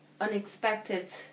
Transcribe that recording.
unexpected